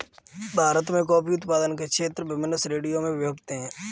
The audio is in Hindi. भारत में कॉफी उत्पादन के क्षेत्र विभिन्न श्रेणियों में विभक्त हैं